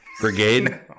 Brigade